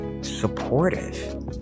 supportive